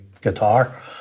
guitar